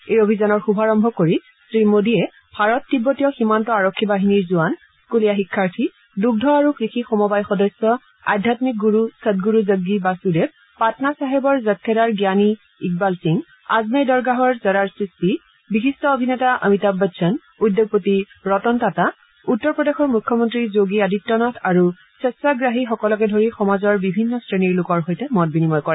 এই অভিযানৰ শুভাৰম্ভ কৰি শ্ৰীমোডীয়ে ভাৰত তিববতীয় সীমান্ত আৰক্ষী বাহিনীৰ জোৱান স্থুলীয়া শিক্ষাৰ্থী দুগ্ধ আৰু কৃষি সমবায় সদস্য আধ্যামিক গুৰু সদ্গুৰু জগগী বাসূদেৱ পাটনা চাহেবৰ জখেদাৰ জ্ঞানী ইকবাল সিং আজমেৰ দৰগাহৰ জৰাৰ চিষ্টি বিশিষ্ট অভিনেতা অমিতাভ বচ্চন উদ্যোগপতি ৰতন টাটা উত্তৰ প্ৰদেশৰ মুখ্যমন্ত্ৰী যোগী আদিত্য নাথ আৰু স্ব্ছাগ্ৰাহীসকলকে ধৰি সমাজৰ বিভিন্ন শ্ৰেণীৰ লোকৰ সৈতে মত বিনিময় কৰে